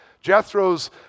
Jethro's